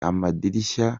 amadirishya